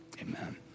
amen